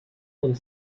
und